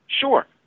Sure